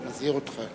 אני מזהיר אותך.